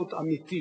סולידריות אמיתית.